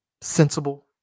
sensible